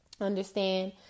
understand